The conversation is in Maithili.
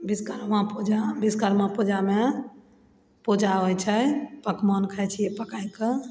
विश्वकर्मा पूजा विश्वकर्मा पूजामे पूजा होइ छै पकवान खाइ छियै पकायके